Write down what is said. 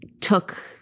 took